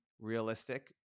realistic